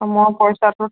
মই পইচাটো